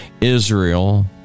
Israel